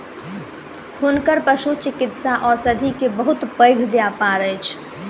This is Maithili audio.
हुनकर पशुचिकित्सा औषधि के बहुत पैघ व्यापार अछि